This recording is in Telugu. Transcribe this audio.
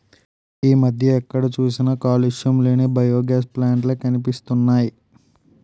ఈ మధ్య ఎక్కడ చూసినా కాలుష్యం లేని బయోగాస్ ప్లాంట్ లే కనిపిస్తున్నాయ్